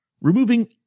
Removing